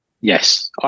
Yes